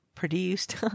produced